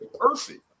perfect